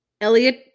Elliot